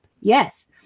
Yes